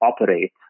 operate